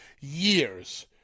years